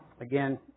Again